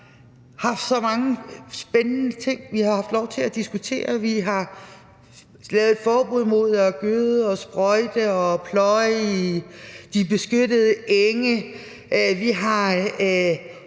Vi har haft så mange spændende ting, vi har haft lov til at diskutere. Vi har lavet et forbud mod at gøde og sprøjte og pløje på de beskyttede enge;